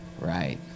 Right